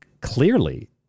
clearly